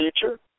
future